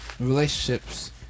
relationships